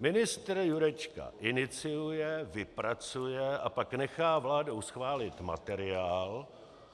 Ministr Jurečka iniciuje, vypracuje a pak nechá vládou schválit materiál,